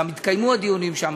גם התקיימו הדיונים שם,